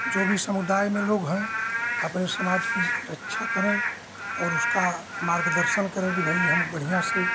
जो भी समुदाय में लोग हैं अपने समाज की रक्षा करें और उसका मार्गदर्शन करें कि भाई कि हम बढ़ियाँ से